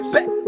Back